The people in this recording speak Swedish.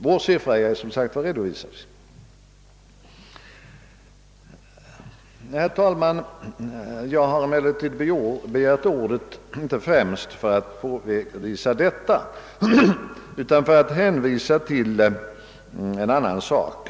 Vår siffra är som sagt redovisad. Herr talman! Jag har emellertid begärt ordet inte främst för att påvisa detta utan för att hänvisa till en annan omständighet.